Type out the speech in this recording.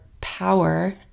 power